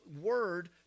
word